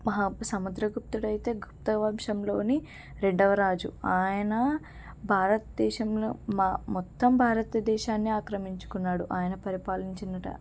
మహా సముద్రగుప్తుడైతే గుప్త వంశంలోని రెండవ రాజు ఆయన భారత దేశంలో మా మొత్తం భారతదేశాన్ని ఆక్రమించుకున్నాడు ఆయన పరిపాలించిన